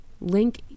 link